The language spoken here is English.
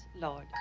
Lord